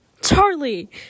Charlie